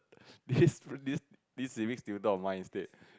this this this series do not mine instead